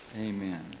Amen